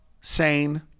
sane